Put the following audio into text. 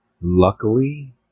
Luckily